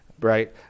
right